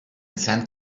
send